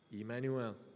Emmanuel